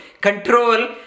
Control